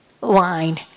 line